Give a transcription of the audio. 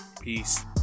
Peace